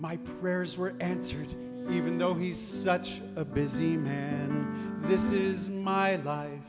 my prayers were answered even though he's such a busy man this is my life